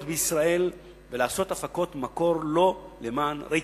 בישראל ולעשות הפקות מקור לא למען רייטינג,